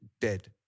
Dead